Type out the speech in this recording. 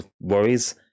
worries